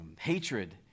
hatred